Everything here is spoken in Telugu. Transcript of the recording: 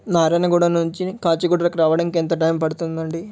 నారాయణగూడ నుంచి కాచిగూడకి రావడానికి ఎంత టైం పడుతుంది అండి